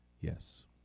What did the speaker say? yes